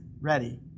ready